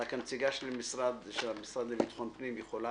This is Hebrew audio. בבקשה, הנציגה של המשרד לביטחון פנים, יכולה